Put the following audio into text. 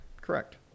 correct